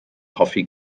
hoffi